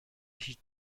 هیچ